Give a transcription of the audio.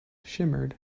shimmered